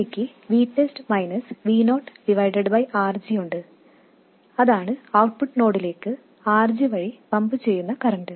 എനിക്ക് RG ഉണ്ട് അതാണ് ഔട്ട്പുട്ട് നോഡിലേക്ക് RG വഴി പമ്പ് ചെയ്യുന്ന കറൻറ്